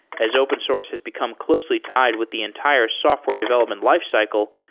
as open source has become closely tied with the entire software development lifecycle,